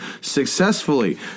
successfully